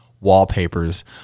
wallpapers